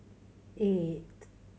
eight